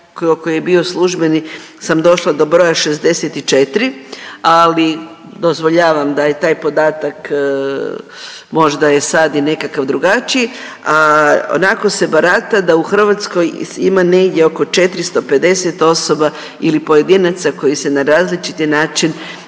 koji je bio službeni sam došla do broja 64 ali dozvoljavam da je taj podatak možda je sad i nekakav drugačiji, a onako se barata da u Hrvatskoj ima negdje oko 450 osoba ili pojedinaca koji se na različiti način